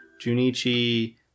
Junichi